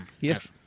Yes